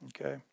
Okay